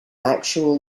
actual